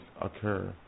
occur